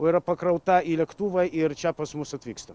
o yra pakrauta į lėktuvą ir čia pas mus atvyksta